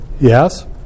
yes